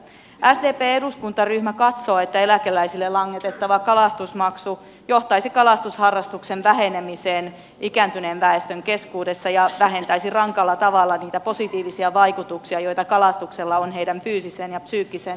sdpn eduskuntaryhmä katsoo että eläkeläisille langetettava kalastusmaksu johtaisi kalastusharrastuksen vähenemiseen ikääntyneen väestön keskuudessa ja vähentäisi rankalla tavalla niitä positiivisia vaikutuksia joita kalastuksella on heidän fyysiseen ja psyykkiseen hyvinvointiinsa